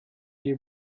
hier